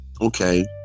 Okay